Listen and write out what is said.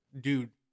dude